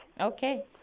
Okay